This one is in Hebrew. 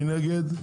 מי נגד?